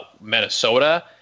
minnesota